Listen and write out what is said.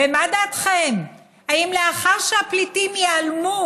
ומה דעתכם, האם לאחר שהפליטים ייעלמו,